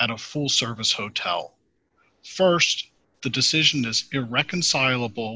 at a full service hotel st the decision is irreconcilable